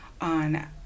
on